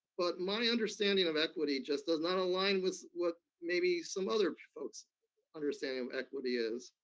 but my understanding of equity just does not align with what maybe some other folk's understanding of equity is,